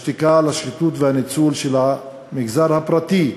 השתיקה על השחיתות והניצול של המגזר הפרטי,